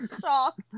shocked